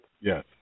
Yes